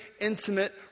intimate